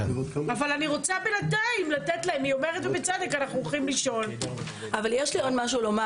יש לי עוד משהו לומר